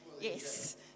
Yes